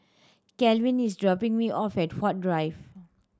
Calvin is dropping me off at Huat Drive